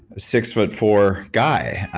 six foot four guy.